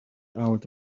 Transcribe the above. out